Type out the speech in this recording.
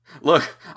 Look